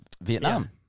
Vietnam